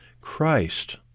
Christ